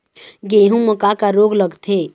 गेहूं म का का रोग लगथे?